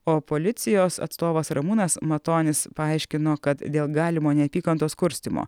o policijos atstovas ramūnas matonis paaiškino kad dėl galimo neapykantos kurstymo